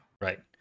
Right